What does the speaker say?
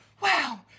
wow